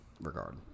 regard